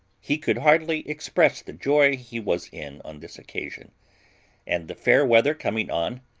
he could hardly express the joy he was in on this occasion and the fair weather coming on,